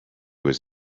was